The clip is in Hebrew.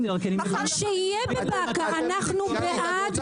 שיהיה בבאקה, אנחנו בעד באקה.